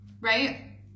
right